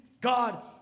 God